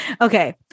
Okay